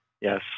yes